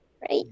right